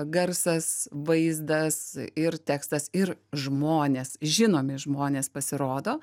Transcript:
garsas vaizdas ir tekstas ir žmonės žinomi žmonės pasirodo